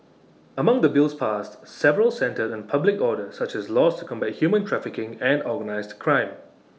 among the bills passed several centred the public order such as laws to combat human trafficking and organised crime